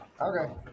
Okay